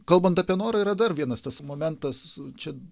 kalbant apie norą yra dar vienas tas momentas čia